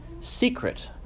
secret